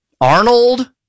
Arnold